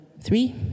three